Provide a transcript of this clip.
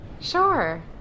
Sure